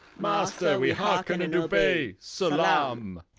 master, we hearken and obey. salaam!